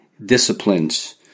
Disciplines